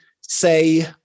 say